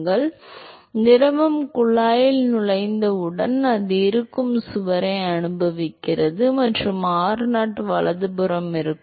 எனவே திரவம் குழாயில் நுழைந்தவுடன் அது இருக்கும் சுவரை அனுபவிக்கிறது மற்றும் r0 வலதுபுறம் இருக்கும்